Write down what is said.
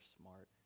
smart